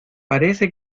parece